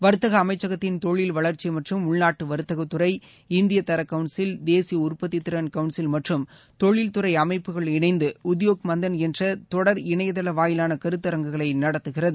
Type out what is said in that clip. வர்த்தக அமைச்சகத்தின் தொழில் வளர்ச்சி மற்றும் உள்நாட்டு வர்த்தகத்துறைஇந்திய தர கவுன்சில் தேசிய உற்பத்தித் திறன் கவுன்சில் மற்றும் தொழில்துறை அமைப்புகள் இணைந்து உத்யோக் மந்தன் என்ற தொடர் இணைய தள வாயிலான கருத்தரங்குகளை நடத்துகிறது